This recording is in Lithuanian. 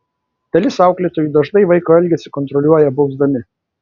dalis auklėtojų dažnai vaiko elgesį kontroliuoja bausdami